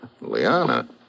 Liana